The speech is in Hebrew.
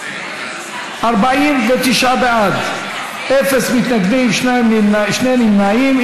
49 בעד, אפס מתנגדים, שני נמנעים.